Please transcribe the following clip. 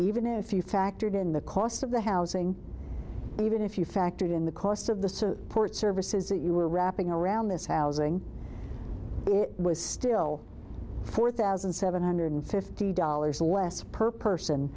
even if you factored in the cost of the housing even if you factored in the cost of the port services that you were wrapping around this housing was still four thousand seven hundred fifty dollars less per person